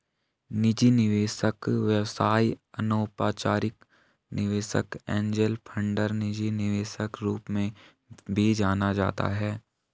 निजी निवेशक व्यवसाय अनौपचारिक निवेशक एंजेल फंडर निजी निवेशक रूप में भी जाना जाता है